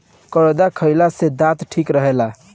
करौदा खईला से दांत ठीक रहेला